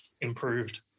improved